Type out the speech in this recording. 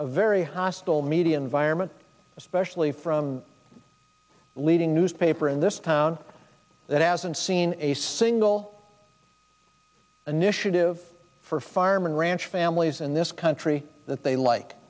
a very hostile media environment especially from leading newspaper in this town that hasn't seen a single initiative for farm and ranch families in this country that they like